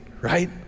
right